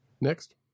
Next